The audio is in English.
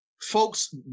folks